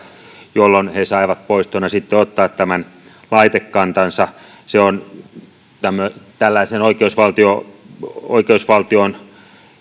jolloin he saivat poistoina sitten ottaa tämän laitekantansa se on tällaiseen oikeusvaltioon oikeusvaltioon